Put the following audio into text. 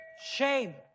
Shame